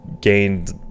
gained